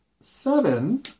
seven